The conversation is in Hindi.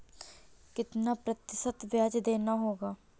कितना प्रतिशत ब्याज देना होगा?